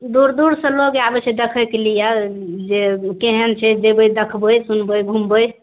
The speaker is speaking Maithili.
दूर दूर से लोग आबै छै देखैके लिए जे केहन छै जेबै देखबै सुनबै घूमबै